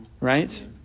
Right